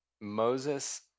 Moses